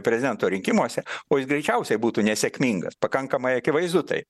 prezidento rinkimuose o jis greičiausiai būtų nesėkmingas pakankamai akivaizdu tai